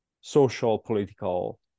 social-political